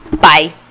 Bye